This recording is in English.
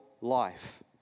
life